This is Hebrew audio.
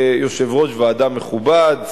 יושב-ראש ועדה מכובד,